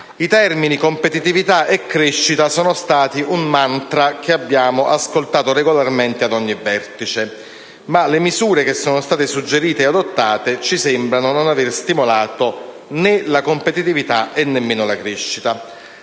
i termini «competitività» e «crescita» sono stati un mantra che abbiamo ascoltato regolarmente ad ogni vertice. Ma le misure che sono state suggerite e adottate ci sembrano non aver stimolato né la competitività ma né la crescita.